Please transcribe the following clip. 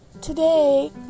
Today